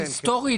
היסטורית,